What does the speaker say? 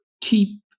keep